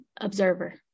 observer